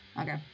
Okay